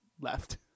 left